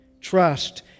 trust